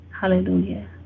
Hallelujah